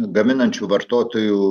gaminančių vartotojų